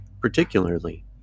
particularly